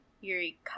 Yuri